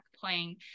playing